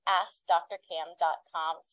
askdrcam.com